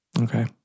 Okay